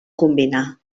combinar